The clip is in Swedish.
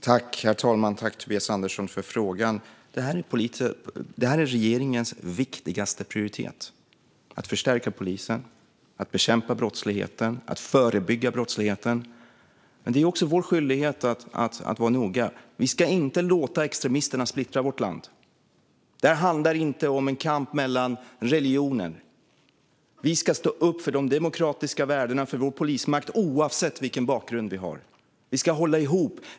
Herr talman! Tack, Tobias Andersson, för frågan! Det är regeringens viktigaste prioritet att förstärka polisen och att bekämpa och förebygga brottsligheten, men det är också vår skyldighet att vara noga. Vi ska inte låta extremisterna splittra vårt land. Det här handlar inte om en kamp mellan religioner. Vi ska stå upp för de demokratiska värdena och för vår polismakt oavsett vilken bakgrund vi har. Vi ska hålla ihop.